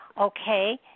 okay